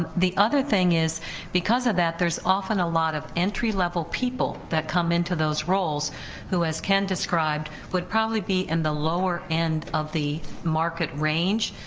um the other thing is because of that there's often a lot of entry level people that come into those roles who has ken described, would probably be in the lower end of the market range,